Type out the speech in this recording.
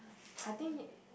I think